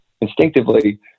instinctively